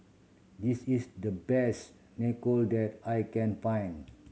this is the best Nacho that I can find